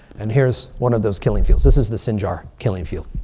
and here's one of those killing fields. this is the sinjar killing field.